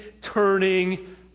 turning